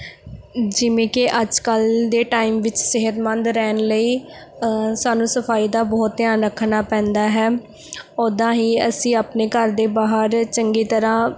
ਜਿਵੇਂ ਕਿ ਅੱਜ ਕੱਲ੍ਹ ਦੇ ਟਾਈਮ ਵਿੱਚ ਸਿਹਤਮੰਦ ਰਹਿਣ ਲਈ ਸਾਨੂੰ ਸਫਾਈ ਦਾ ਬਹੁਤ ਧਿਆਨ ਰੱਖਣਾ ਪੈਂਦਾ ਹੈ ਉੱਦਾਂ ਹੀ ਅਸੀਂ ਆਪਣੇ ਘਰ ਦੇ ਬਾਹਰ ਚੰਗੀ ਤਰ੍ਹਾਂ